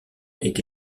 étaient